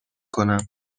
کنم